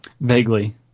Vaguely